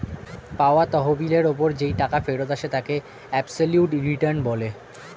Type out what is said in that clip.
পাওয়া তহবিলের ওপর যেই টাকা ফেরত আসে তাকে অ্যাবসোলিউট রিটার্ন বলে